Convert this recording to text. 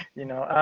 you know.